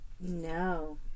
No